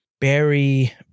berry